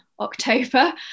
October